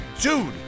dude